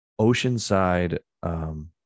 oceanside